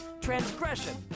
transgression